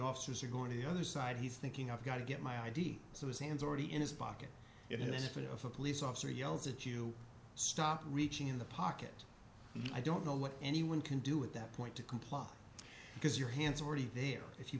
officers are going to the other side he's thinking i've got to get my i d so his hands are already in his pocket it is a bit of a police officer yells that you stop reaching in the pocket and i don't know what anyone can do at that point to comply because your hands already there if you